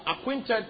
acquainted